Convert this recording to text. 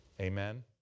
Amen